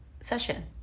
session